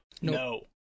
No